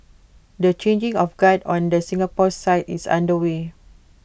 the changing of guard on the Singapore side is underway